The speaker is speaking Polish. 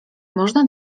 można